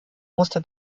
musste